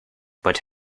but